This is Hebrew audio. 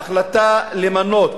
ההחלטה למנות